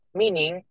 meaning